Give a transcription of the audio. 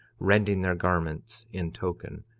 rending their garments in token,